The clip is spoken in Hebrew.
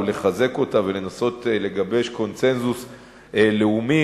לחזק אותה ולנסות לגבש קונסנזוס לאומי,